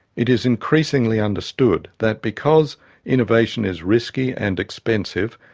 it is increasingly understood that because innovation is risky and expensive,